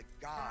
God